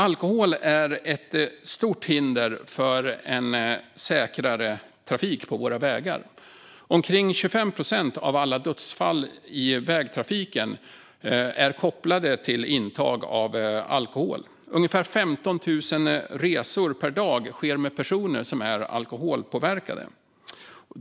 Alkohol är ett stort hinder för en säkrare trafik på våra vägar. Omkring 25 procent av alla dödsfall i vägtrafiken är kopplade till intag av alkohol. Ungefär 15 000 resor per dag sker med personer som är alkoholpåverkade.